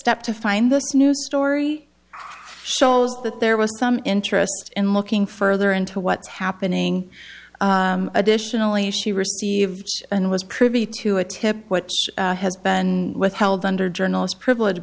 step to find this new story shows that there was some interest in looking further into what's happening additionally she received and was privy to a tip what has been withheld under journalist privilege